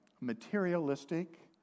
materialistic